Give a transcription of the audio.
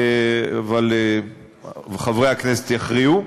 אבל חברי הכנסת יכריעו.